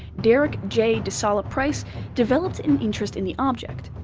derek j. de solla price developed an interest in the object.